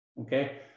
Okay